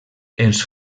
els